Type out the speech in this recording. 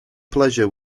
pleasure